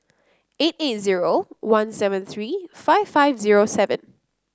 eight eight zero one seven three five five zero seven